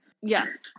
Yes